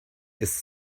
ist